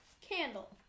candle